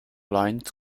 lines